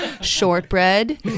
Shortbread